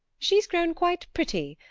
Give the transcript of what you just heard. she's grown quite pretty.